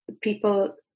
people